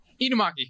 Inumaki